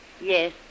Yes